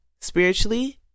spiritually